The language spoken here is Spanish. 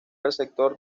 receptor